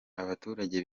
abaturage